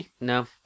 No